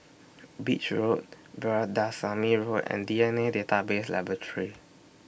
Beach Road Veerasamy Road and D N A Database Laboratory